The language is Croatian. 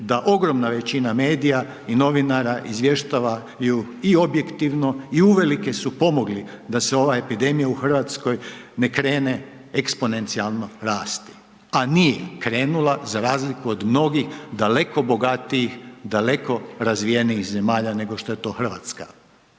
da ogromna većina medija i novinara izvještava i objektivno i uvelike su pomogli da se ova epidemija u RH ne krene eksponencijalno rasti. A nije krenula za razliku od mnogih daleko bogatijih, daleko razvijenih zemalja nego što je to RH.